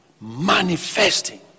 manifesting